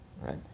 right